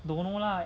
don't know lah